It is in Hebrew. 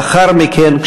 לאחר מכן,